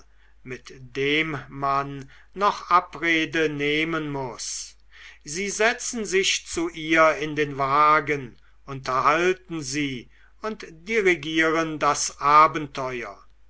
mit dem man noch abrede nehmen muß sie setzen sich zu ihr in den wagen unterhalten sie und dirigieren das abenteuer